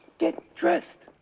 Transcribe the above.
get dressed.